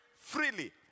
freely